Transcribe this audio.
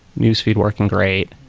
newsfeed working great,